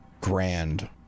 grand